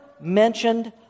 mentioned